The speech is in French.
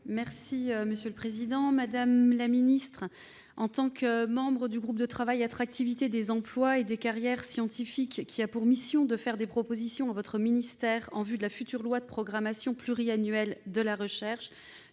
et de l'innovation. Madame la ministre, en tant que membre du groupe de travail « Attractivité des emplois et des carrières scientifiques », qui a pour mission de faire des propositions à votre ministère en vue de la future loi de programmation pluriannuelle de la recherche,